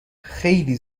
خیلی